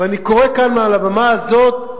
ואני קורא כאן, מעל הבמה הזו,